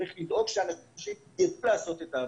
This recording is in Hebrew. צריך לדאוג שהאנשים ידעו לעשות את העבודה,